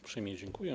Uprzejmie dziękuję.